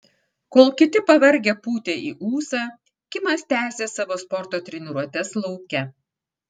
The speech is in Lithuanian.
kol kiti pavargę pūtė į ūsą kimas tęsė savo sporto treniruotes lauke